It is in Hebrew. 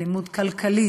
אלימות כלכלית,